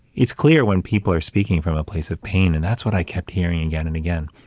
it's clear when people are speaking from a place of pain, and that's what i kept hearing again and again.